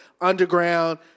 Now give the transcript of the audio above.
underground